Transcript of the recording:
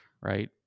Right